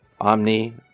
Omni